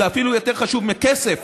זה אפילו יותר חשוב מכסף,